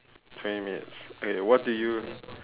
twenty minutes eh what do you